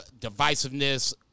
divisiveness